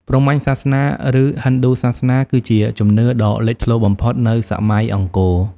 ព្រហ្មញ្ញសាសនា ឬហិណ្ឌូសាសនា គឺជាជំនឿដ៏លេចធ្លោបំផុតនៅសម័យអង្គរ។